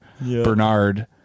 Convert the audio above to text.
Bernard